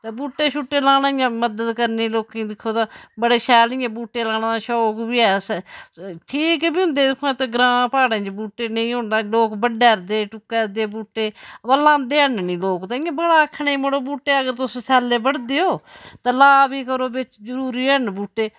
ते बूह्टे छूह्टे लाने इ'यां मदद करनी लोकें गी दिक्खो तां बड़े शैल इ'यां बूह्टे लाने दा शौक बी ऐ असें ठीक बी होंदे दिक्खो हा इत्त ग्रांऽ प्हाड़ें च बूह्टे नेईं होन तां लोक बड्ढारदे टुक्कारदे बूह्टे अवा लांदे हैन गै नी लोक ते इ'यां बड़ा आखने मड़ो बूह्टे अगर तुस सैल्ले बड्ढदे ओ ते ला बी करो बिच्च जरूरी हैन बूह्टे